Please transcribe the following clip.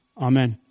Amen